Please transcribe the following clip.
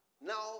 Now